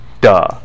Duh